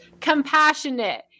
compassionate